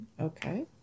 Okay